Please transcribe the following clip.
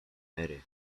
mary